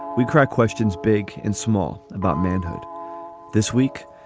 we crack questions big and small about manhood this week,